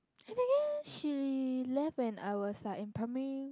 eh technically she left when I was like in primary